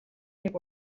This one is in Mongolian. нэг